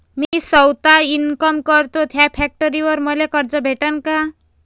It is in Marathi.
मी सौता इनकाम करतो थ्या फॅक्टरीवर मले कर्ज भेटन का?